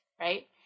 right